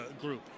group